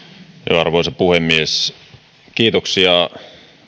arvoisa puhemies kiitoksia